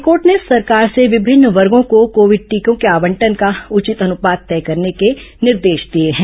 high court ने सरकार से विभिन्न वर्गों को कोविड टीकों के आवंटन का उचित अनुपात तय करने के निर्देश दिए हैं